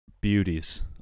Beauties